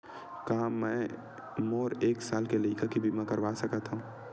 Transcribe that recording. का मै मोर एक साल के लइका के बीमा करवा सकत हव?